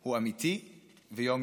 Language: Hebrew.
הוא אמיתי ויום-יומי.